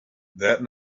that